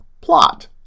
plot